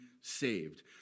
saved